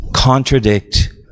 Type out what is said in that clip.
Contradict